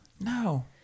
No